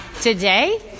Today